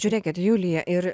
žiūrėkit julija ir